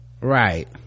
Right